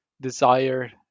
desire